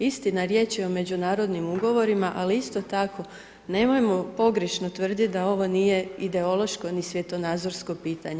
Istina, riječ je o međunarodnim ugovorima, ali isto tako nemojmo pogrešno tvrdit da ovo nije ideološko, ni svjetonazorsko pitanje.